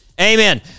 Amen